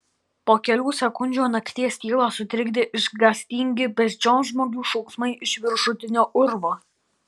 po kelių sekundžių nakties tylą sutrikdė išgąstingi beždžionžmogių šauksmai iš viršutinio urvo